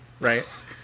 right